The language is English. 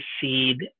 seed